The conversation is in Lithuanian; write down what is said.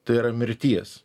tai yra mirties